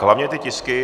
Hlavně ty tisky.